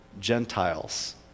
Gentiles